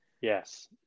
yes